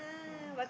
yeah